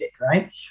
right